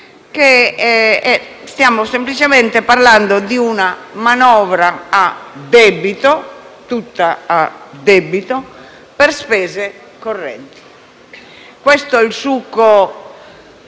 stiamo semplicemente parlando di una manovra a debito - tutta a debito - per spese correnti. Questo è il succo.